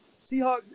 Seahawks